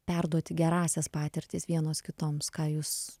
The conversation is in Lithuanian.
perduoti gerąsias patirtis vienos kitoms ką jūs